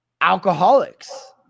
alcoholics